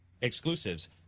Exclusives